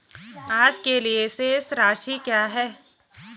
आज के लिए शेष राशि क्या है?